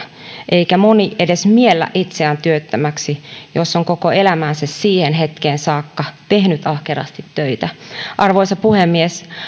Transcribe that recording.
eikä moni edes miellä itseään työttömäksi jos on koko elämänsä siihen hetkeen saakka tehnyt ahkerasti töitä arvoisa puhemies